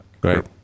Great